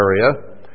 area